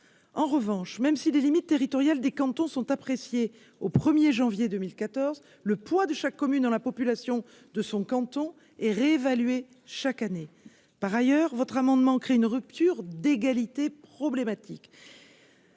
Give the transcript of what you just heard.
en revanche même si des limites territoriales des cantons sont appréciées au 1er janvier 2014, le poids de chaque commune dans la population de son canton est réévalué chaque année par ailleurs votre amendement crée une rupture d'égalité problématique.